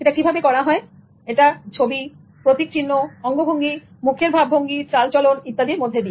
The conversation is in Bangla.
এটা করা হয় ছবি প্রতীক চিহ্ন অঙ্গভঙ্গি মুখের ভাব ভঙ্গি চালচলন ইত্যাদির মধ্যে দিয়ে